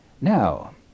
now